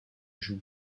joue